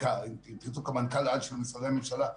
אם תרצו כמנכ"ל על של משרדי ממשלה,